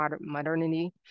modernity